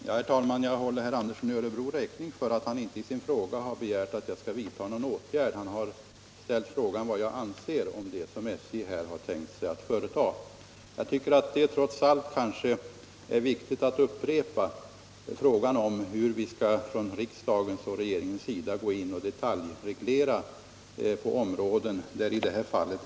Herr talman! Jag håller herr Andersson i Örebro räkning för att han inte i sin fråga har begärt att jag skall vidta någon åtgärd. Han har ställt frågan vad jag anser om det som SJ här har tänkt sig att företa. Jag tycker att det trots allt är viktigt att på nytt ifrågasätta om vi från riksdagens och regeringens sida skall gå in och detaljreglera på områden av det här slaget.